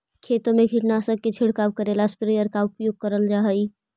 खेतों में कीटनाशक के छिड़काव ला स्प्रेयर का उपयोग करल जा हई